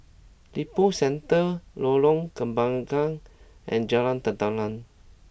Lippo Centre Lorong Kembagan and Jalan Tenteram